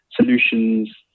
solutions